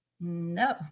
No